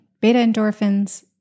beta-endorphins